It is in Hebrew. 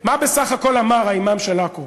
מה בסך הכול אמר האימאם של עכו?